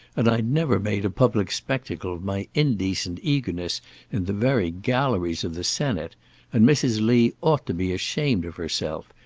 and i never made a public spectacle of my indecent eagerness in the very galleries of the senate and mrs. lee ought to be ashamed of herself.